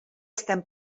estem